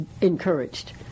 encouraged